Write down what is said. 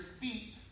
feet